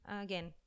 again